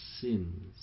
sins